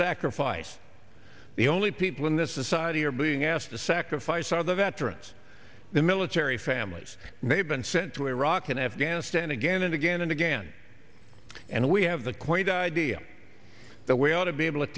sacrifice the only people in this society are being asked to sacrifice are the veterans the military families may have been sent to iraq and afghanistan again and again and again and we have the quaint idea that we ought to be able to